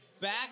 back